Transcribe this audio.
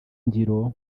ngiro